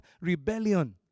rebellion